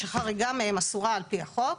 שחריגה מהם אסורה על פי החוק.